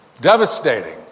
Devastating